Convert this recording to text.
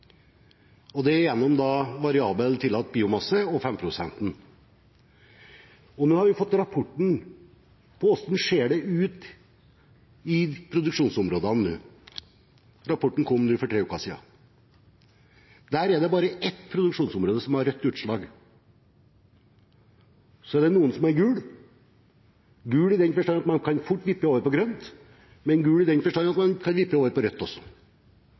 nå, og det gjennom variabel tillatt biomasse og 5-prosenten. Nå har vi fått rapporten om hvordan det ser ut i produksjonsområdene nå. Rapporten kom for tre uker siden. Der er det bare ett produksjonsområde som har rødt utslag. Så er det noen som har gult – gult i den forstand at man fort kan tippe over i grønt, men man kan også tippe over i rødt.